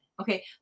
Okay